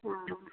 हँ